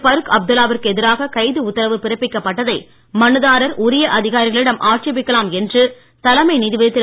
பரூக் அப்துல்லாவிற்கு எதிராக கைது உத்தரவு பிறப்பிக்கப்பட்டதை மனுதாரர் உரிய அதிகாரிகளிடம் ஆட்சேபிக்கலாம் என்று தலைமை நீதிபதி திரு